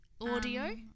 Audio